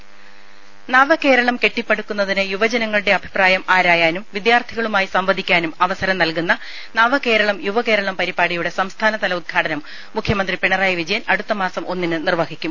രുര നവകേരളം കെട്ടിപ്പടുക്കുന്നതിന് യുവജനങ്ങളുടെ അഭിപ്രായം ആരായാനും വിദ്യാർഥികളുമായി സംവദിക്കാനും അവസരം നൽകുന്ന നവകേരളം യുവ കേരളം പരിപാടിയുടെ സംസ്ഥാനതല ഉദ്ഘാടനം മുഖ്യമന്ത്രി പിണറായി വിജയൻ അടുത്ത മാസം ഒന്നിന് നിർവഹിക്കും